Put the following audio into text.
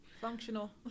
functional